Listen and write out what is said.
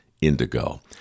indigo